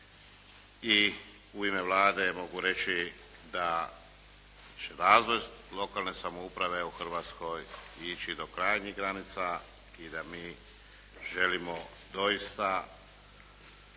i u ime Vlade mogu reći da će razvoj lokalne samouprave u Hrvatskoj ići do krajnjih granica i da mi želimo doista